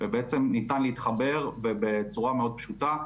ובעצם ניתן להתחבר בצורה מאוד פשוטה,